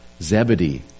Zebedee